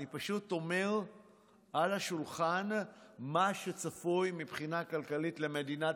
אני פשוט אומר על השולחן מה שצפוי מבחינה כלכלית למדינת